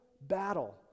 battle